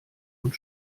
und